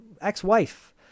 ex-wife